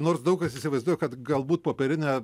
nors daug kas įsivaizduoja kad galbūt popierinę